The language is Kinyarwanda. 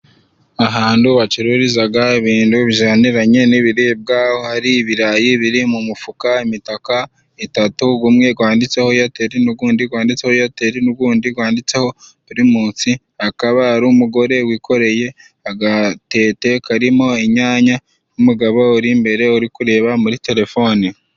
Ahantu bacururizaga ibintu bijaniranye n'ibiribwa. Hari ibirayi biri mu mufuka, imitaka itatu gumwe gwanditseho eyateli, n'ugundi gwanditseho eyateli, n'ugundi gwanditseho pirimunsi. Hakaba hari umugore wikoreye agatete karimo inyanya, n'umugabo uri imbere uri kureba muri telefoni.